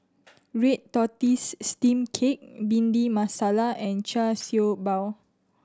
red tortoise steamed cake Bhindi Masala and Char Siew Bao